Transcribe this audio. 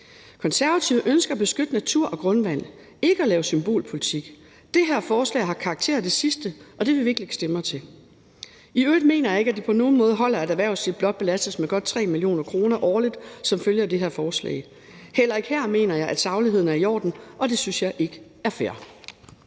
Konservative ønsker at beskytte natur og grundvand, ikke at lave symbolpolitik, og det her forslag har karakter af det sidste, og det vil vi ikke lægge stemmer til. I øvrigt mener jeg ikke, at det på nogen måde holder, at erhvervslivet blot belastes med godt 3 mio. kr. årligt som følge af det her forslag. Heller ikke her mener jeg, at sagligheden er i orden, og det synes jeg ikke er fair.